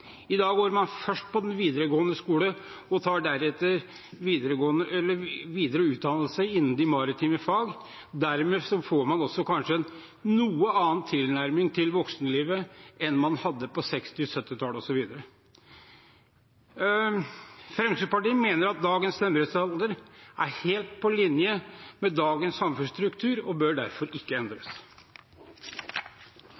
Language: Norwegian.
I dag går man først på videregående skole og tar deretter videre utdannelse innen maritime fag. Dermed får man kanskje også en noe annen tilnærming til voksenlivet enn man hadde på 1960–1970-tallet osv. Fremskrittspartiet mener at dagens stemmerettsalder er helt på linje med dagens samfunnsstruktur og derfor ikke